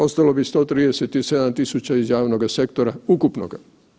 Ostalo bi 137.000 iz javnoga sektora ukupnoga.